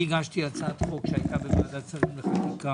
אני הגשתי הצעת חוק שהייתה בוועדת שרים לחקיקה